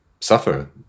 suffer